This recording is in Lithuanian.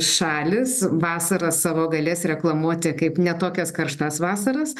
šalys vasarą savo galės reklamuoti kaip ne tokias karštas vasaras